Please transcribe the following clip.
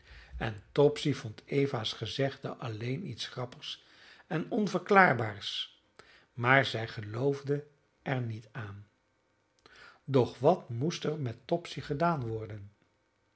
en topsy vond eva's gezegde alleen iets grappigs en onverklaarbaars maar zij geloofde er niet aan doch wat moest er met topsy gedaan worden